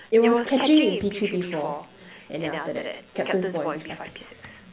it was catching in P three P four and then after that captain's ball in P five P six